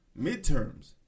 midterms